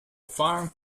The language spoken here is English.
far